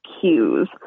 cues